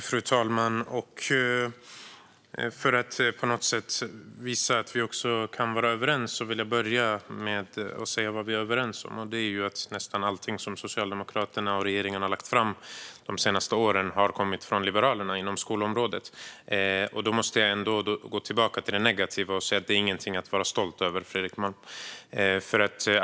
Fru talman! För att på något sätt visa att vi också kan vara överens vill jag börja med att säga vad vi är överens om. Vi är överens om att nästan allting som Socialdemokraterna och regeringen har lagt fram på skolområdet de senaste åren har kommit från Liberalerna. Här måste jag dock gå tillbaka till det negativa och säga till dig, Fredrik Malm, att detta inte är någonting att vara stolt över.